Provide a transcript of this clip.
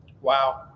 Wow